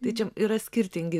tai čia yra skirtingi